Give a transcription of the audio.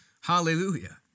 Hallelujah